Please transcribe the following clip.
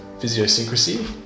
Physiosyncrasy